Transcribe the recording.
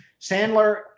Sandler